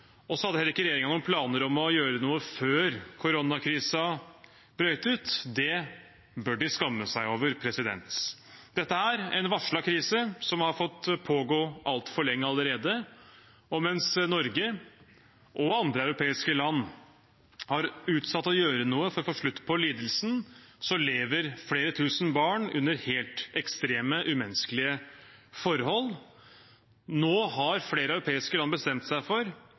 hadde heller ingen planer om å gjøre noe før koronakrisen brøt ut. Det bør de skamme seg over. Dette er en varslet krise som har fått pågå altfor lenge allerede. Mens Norge og andre europeiske land har utsatt å gjøre noe for å få slutt på lidelsen, lever flere tusen barn under helt ekstreme, umenneskelige forhold. Nå har flere europeiske land bestemt seg for